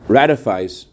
ratifies